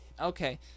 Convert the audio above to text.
Okay